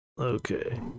Okay